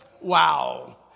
Wow